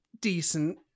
decent